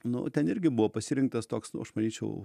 nu ten irgi buvo pasirinktas toks nu aš manyčiau